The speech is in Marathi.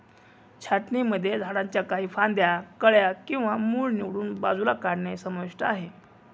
छाटणीमध्ये झाडांच्या काही फांद्या, कळ्या किंवा मूळ निवडून बाजूला काढणे समाविष्ट आहे